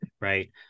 right